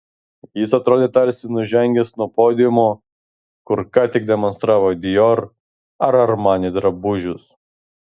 jis atrodė tarsi nužengęs nuo podiumo kur ką tik demonstravo dior ar armani drabužius